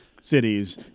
cities